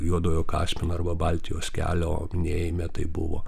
juodojo kaspino arba baltijos kelio minėjime tai buvo